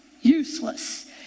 useless